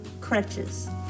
crutches